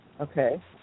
Okay